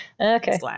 okay